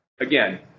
Again